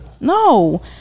No